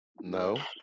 No